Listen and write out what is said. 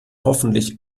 hoffentlich